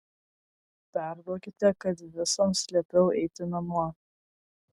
perduokite kad visoms liepiau eiti namo